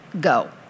go